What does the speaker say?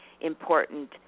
important